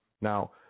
Now